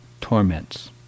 torments